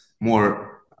more